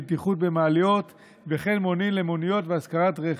בטיחות במעליות וכן מונים למוניות והשכרת רכב.